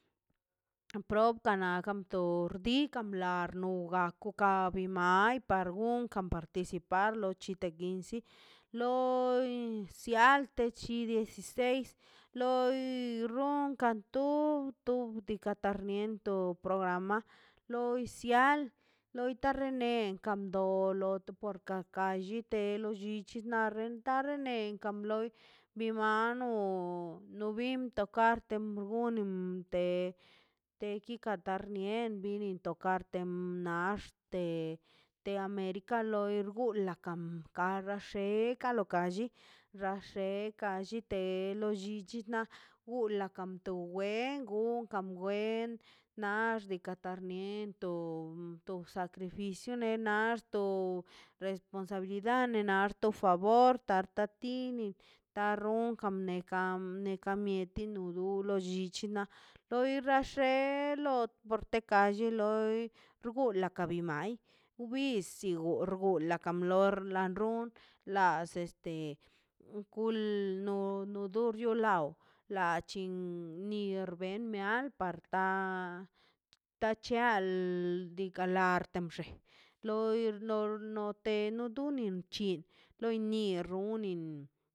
Propagana to por dikan lar nu gako ka ni mai paigon gonkan participar lo chite quince loi sia te dieciseis loi runkan tub diika toto tarnien tob programa loi sial loita rene ´pr ka ka llite lo llichi nabe tarnen loi bi mano no bin to kart teg gonimb te kitatar nie en bini tokarte naxte te america xgula kam kara xe kalo kalli rasheka lli te lo llichi na buela kanto bwe kan gwe en xnaꞌx tika tarnin lo to sacrificio nax to responsabilidad ne nar to favor tarta tini ta ronkan ne kan meti mieti no dulo llichi na loi rashe lo tekar lli loi rula teka mai wbis gor gola tambior lan run las sesteno do lo riaw la chin nierben bial parka ta chial diikaꞌ lan te bxe loi lor te nudinin bc̱hin lo ni di runin.